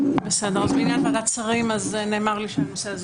בעניין ועדת השרים, נאמר לי שהנושא הזה